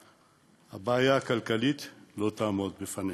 הבעיה הכלכלית לא תעמוד בפניהם.